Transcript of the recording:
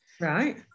Right